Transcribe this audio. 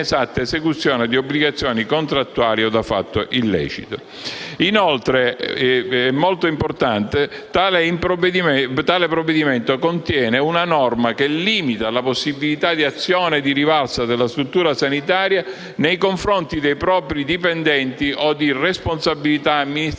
Inoltre - cosa molto importante - tale provvedimento contiene una norma che limita la possibilità di azione di rivalsa della struttura sanitaria nei confronti dei propri dipendenti o di responsabilità amministrativa